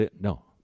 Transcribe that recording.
No